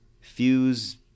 Fuse